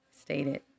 stated